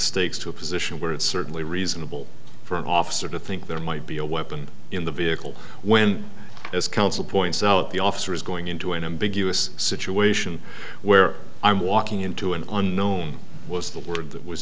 stakes to a position where it's certainly reasonable for an officer to think there might be a weapon in the vehicle when as counsel points out the officer is going into an ambiguous situation where i'm walking into an unknown was the word that was